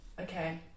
Okay